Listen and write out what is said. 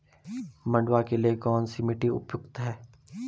मंडुवा के लिए कौन सी मिट्टी उपयुक्त है?